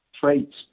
traits